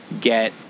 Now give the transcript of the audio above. get